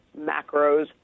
macros